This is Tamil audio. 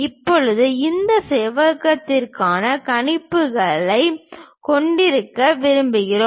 இப்போது இந்த செவ்வகத்திற்கான கணிப்புகளைக் கொண்டிருக்க விரும்புகிறோம்